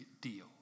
deal